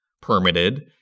permitted